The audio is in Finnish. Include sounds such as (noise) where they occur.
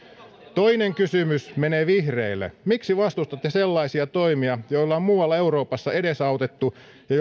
toinen kysymys menee vihreille miksi vastustatte sellaisia toimia joilla on muualla euroopassa edesautettu ja (unintelligible)